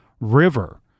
River